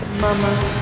mama